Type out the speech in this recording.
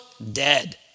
dead